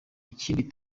ikindi